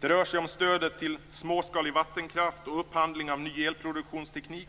Det rör sig om stöd till småskalig vattenkraft, om upphandling av ny elproduktionsteknik,